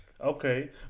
okay